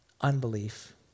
unbelief